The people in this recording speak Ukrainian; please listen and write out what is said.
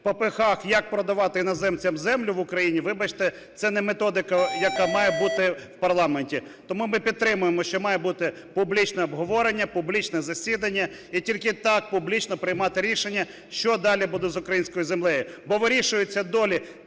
впопыхах як продавати іноземцям землю в Україні, вибачте, це не методика, яка має бути в парламенті. Тому ми підтримуємо, що має бути публічне обговорення, публічне засідання, і тільки так публічно приймати рішення, що далі буде з українською землею. Бо вирішується долі